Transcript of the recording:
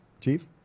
Chief